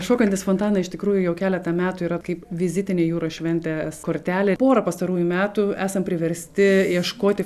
šokantys fontanai iš tikrųjų jau keletą metų yra kaip vizitinė jūros šventės kortelė porą pastarųjų metų esam priversti ieškoti